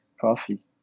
Coffee